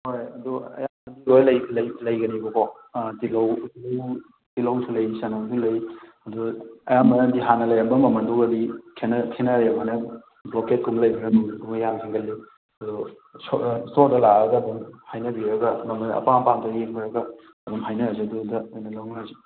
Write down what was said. ꯍꯣꯏ ꯑꯗꯨ ꯑꯌꯥꯝꯕ ꯂꯣꯏ ꯂꯩ ꯂꯩ ꯂꯩꯒꯅꯤꯕꯀꯣ ꯑꯥ ꯇꯤꯜꯍꯧ ꯇꯤꯜꯍꯧꯁꯨ ꯂꯩ ꯆꯅꯝꯁꯨ ꯂꯩ ꯑꯗꯨ ꯑꯌꯥꯝꯕꯅꯗꯤ ꯍꯥꯟꯅ ꯂꯩꯔꯝꯕ ꯃꯃꯟꯗꯨꯒꯗꯤ ꯈꯦꯠꯅꯔꯦ ꯍꯟꯗꯛ ꯕ꯭ꯂꯣꯛꯈꯦꯗꯀꯨꯝꯕ ꯑꯗꯣ ꯏꯁꯇꯣꯔꯗ ꯂꯥꯛꯑꯒ ꯑꯗꯨꯝ ꯍꯥꯏꯅꯕꯤꯔꯒ ꯃꯃꯜ ꯑꯄꯥꯝ ꯄꯥꯝꯗ ꯌꯦꯡꯅꯔꯒ ꯑꯗꯨꯝ ꯍꯥꯏꯅꯔꯁꯦ ꯑꯗꯨꯗ ꯑꯣꯏꯅ ꯂꯧꯅꯔꯁꯦ